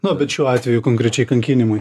na bet šiuo atveju konkrečiai kankinimai